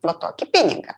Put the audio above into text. va tokį pinigą